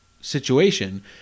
situation